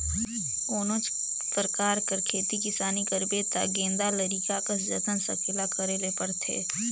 कोनोच परकार कर खेती किसानी करबे ता गेदा लरिका कस जतन संकेला करे ले परथे